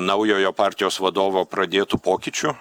naujojo partijos vadovo pradėtų pokyčių